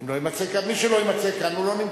אם לא יימצא כאן.